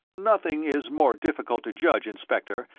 nothing is more difficult to judge, inspector,